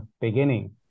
beginning